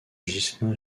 ghislain